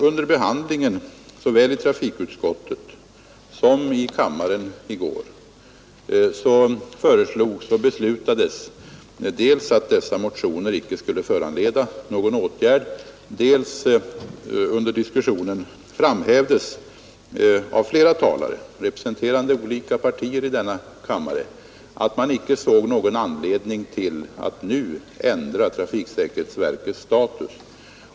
Under behandlingen av ärendet, såväl i trafikutskottet som i kammaren i går, föreslogs och beslutades att motionerna icke skulle föranleda någon åtgärd, och under diskussionen framhävdes av flera talare, representerande olika partier, att man inte såg någon anledning till att nu ändra trafiksäkerhetsverkets status.